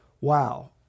Wow